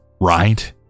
right